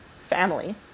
family